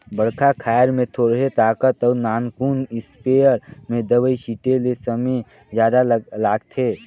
बड़खा खायर में थोरहें ताकत अउ नानकुन इस्पेयर में दवई छिटे ले समे जादा लागथे